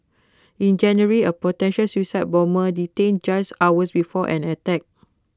in January A potential suicide bomber detained just hours before an attack